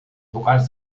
vocals